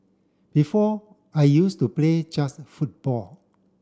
before I used to play just football